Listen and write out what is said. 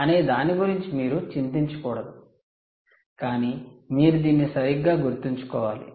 అనే దాని గురించి మీరు చింతించకూడదు కానీ మీరు దీన్ని సరిగ్గా గుర్తుంచుకోవాలి